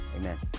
amen